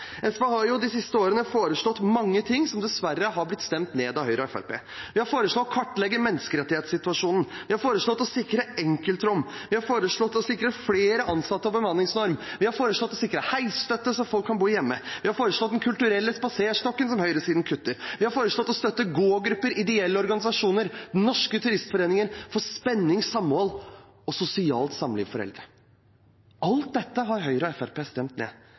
SV har de siste årene foreslått mange ting som dessverre har blitt stemt ned av Høyre og Fremskrittspartiet. Vi har foreslått å kartlegge menneskerettighetssituasjonen. Vi har foreslått å sikre enkeltrom. Vi har foreslått å sikre flere ansatte og bemanningsnorm. Vi har foreslått å sikre heisstøtte, slik at folk kan bo hjemme. Vi har foreslått den kulturelle spaserstokken, som høyresiden kutter. Vi har foreslått å støtte gågrupper, ideelle organisasjoner og norske turistforeninger for spenning, samhold og sosialt samliv for eldre. Alt dette har Høyre og Fremskrittspartiet stemt ned.